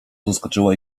zaskoczyła